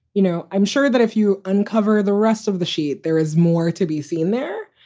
you know, i'm sure that if you uncover the rest of the sheet, there is more to be seen there.